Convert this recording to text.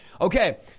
Okay